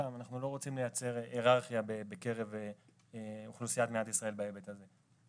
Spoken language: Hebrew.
אנחנו לא רוצים לייצר היררכיה בין אוכלוסיית מדינת ישראל בהיבט הזה.